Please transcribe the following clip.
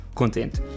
contente